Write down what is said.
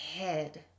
head